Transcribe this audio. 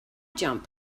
jump